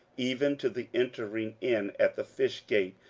even to the entering in at the fish gate,